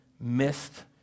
missed